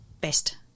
best